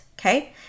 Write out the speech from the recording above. okay